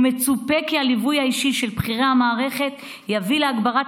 מצופה כי הליווי האישי של בכירים במערכת יביא להגברת